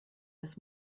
des